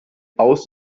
aus